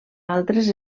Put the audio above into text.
altres